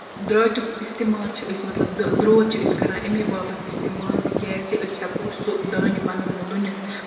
دراتیُک اِستعمال چھِ أسۍ مطلب درٛۅت چھِ أسۍ کران اَمے باپَتھ اِستعمال تِکیٛازِ أسۍ ہیٚکَو سُہ دانہِ پَنُن لوٗنِتھ